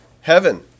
heaven